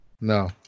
No